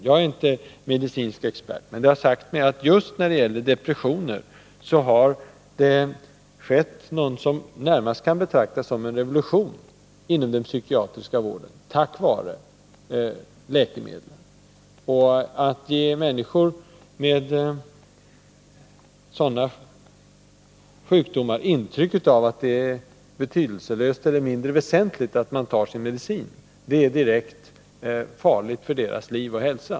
Jag är inte någon medicinsk expert, men det har sagts mig att just när det gäller depressioner har det skett vad som närmast kan betecknas som en revolution inom den psykiatriska vården tack vare läkemedlen. Att ge människor med psykiska sjukdomar intrycket att det är betydelselöst eller mindre väsentligt att de tar sin medicin, är direkt farligt för deras liv och hälsa.